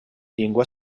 lingua